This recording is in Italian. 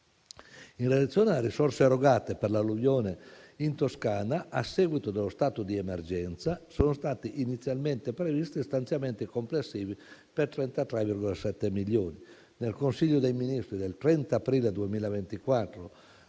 In relazione alle risorse erogate per l'alluvione in Toscana, a seguito dello stato di emergenza, sono stati inizialmente previsti stanziamenti complessivi per 33,7 milioni. Nel Consiglio dei ministri del 30 aprile 2024 (quindi